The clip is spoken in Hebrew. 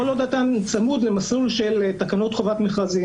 כל עוד אתה צמוד למסלול של תקנות חובת מכרזים,